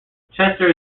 chester